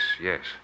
yes